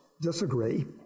disagree